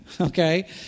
Okay